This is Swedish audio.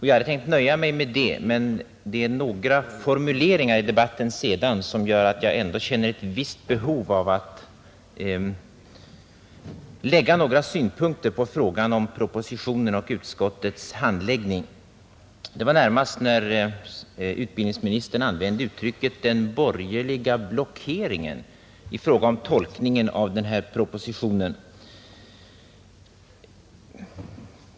Jag hade tänkt nöja mig med det, men några formuleringar i den senare debatten gör att jag ändå känner ett visst behov av att lägga några synpunkter på frågan om propositionen och utskottets handläggning; jag tänker närmast på att utbildningsministern använde uttrycket ”den borgerliga blockeringen” i fråga om tolkningen av den här propositionen.